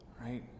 right